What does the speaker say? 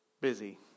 busy